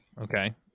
okay